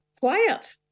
Quiet